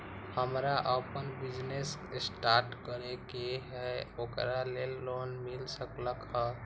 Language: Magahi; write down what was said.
हमरा अपन बिजनेस स्टार्ट करे के है ओकरा लेल लोन मिल सकलक ह?